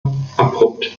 abrupt